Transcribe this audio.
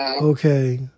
Okay